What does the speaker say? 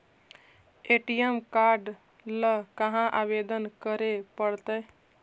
ATM card ल कहा आवेदन करे पड़तै?